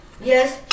Yes